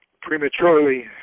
prematurely